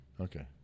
Okay